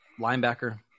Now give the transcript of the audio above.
linebacker